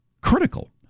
critical